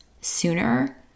sooner